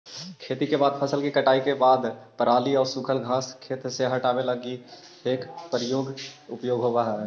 खेती के बाद फसल के कटाई करे के बाद पराली आउ सूखल घास के खेत से हटावे लगी हेइ रेक के उपयोग होवऽ हई